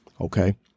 Okay